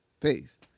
Peace